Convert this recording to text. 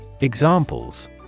Examples